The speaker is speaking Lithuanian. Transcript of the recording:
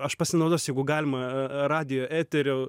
aš pasinaudosiu jeigu galima radijo eteriu